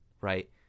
Right